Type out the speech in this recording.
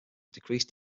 decreased